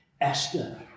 Esther